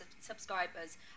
subscribers